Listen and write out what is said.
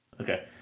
Okay